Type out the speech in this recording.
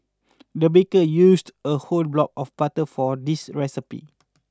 the baker used a whole block of butter for this recipe